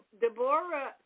Deborah